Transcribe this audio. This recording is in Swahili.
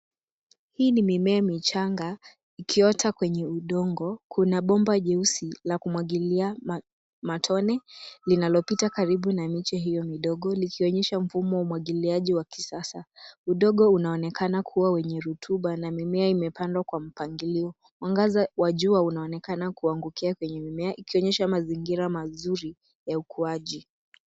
Hii ni mimea michanga ikiota kwenye udongo. Kuna bomba jeusi la kumwagilia matone linalopita karibu na miche hiyo midogo likionyesha mfumo wa umwagiliaji wa kisasa. Udongo unaonekana kuwa wenye rutuba na mimea imepandwa kwa mpangilio. Mwangaza wa jua unaonekana kuangukia kwenye mimea ikionyesha mazingira mazuri ya ukuaji.